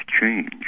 change